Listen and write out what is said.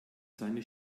seine